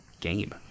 game